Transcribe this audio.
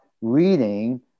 reading